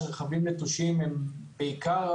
שרכבים נטושים עבורנו,